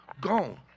Gone